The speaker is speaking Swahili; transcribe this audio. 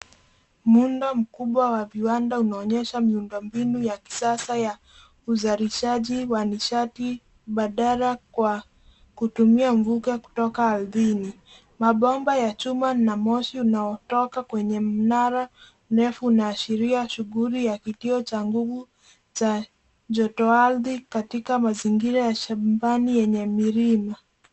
Muundo mkubwa wa viwanda unaonyesha miundo mbinu ya kisasa ya uzalishaji wa nishati badala kwa kutumia mvuke kutoka ardhini. Mabomba ya chuma na moshi unaotoka kwenye mnara refu unaashiria shughuli ya kituo cha nguvu cha joto ardhi katika mazingira ya shambani yenye milima.